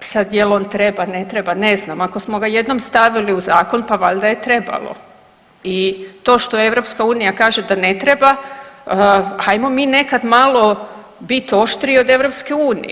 sad jel on treba, ne treba, ne znam ako smo ga jednom stavili u zakon pa valjda je trebalo i to što EU kaže da ne treba, ajmo mi nekada malo biti oštriji od EU.